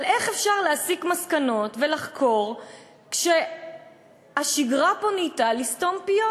אבל איך אפשר להסיק מסקנות ולחקור כשהשגרה פה נהייתה לסתום פיות?